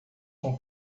com